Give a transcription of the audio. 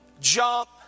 Jump